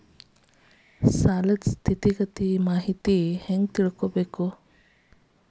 ಸಾಲದ್ ಸ್ಥಿತಿಗತಿ ಬಗ್ಗೆ ಹೆಂಗ್ ತಿಳ್ಕೊಬೇಕು?